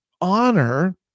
honor